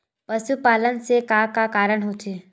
पशुपालन से का का कारण होथे?